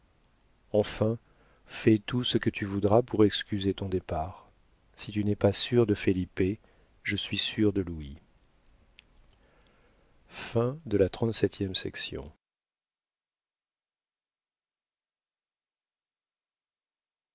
enfin fais tout ce que tu voudras pour excuser ton départ si tu n'es pas sûre de felipe je suis sûre de louis